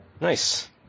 Nice